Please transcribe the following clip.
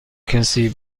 کسی